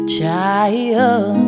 Child